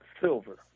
silver